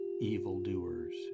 evildoers